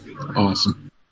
Awesome